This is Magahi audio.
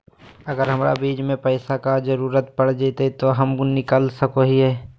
अगर हमरा बीच में पैसे का जरूरत पड़ जयते तो हम निकल सको हीये